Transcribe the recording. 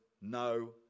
no